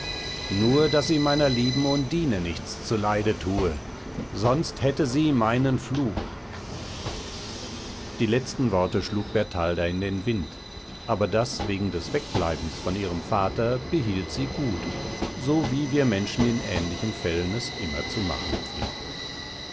nur daß sie meiner lieben undine nichts zuleide tue sonst hätte sie meinen fluch die letzten worte schlug bertalda in den wind aber das wegen des wegbleibens von dem vater behielt sie gut so wie wir menschen in ähnlichen fällen es immer zu machen pflegen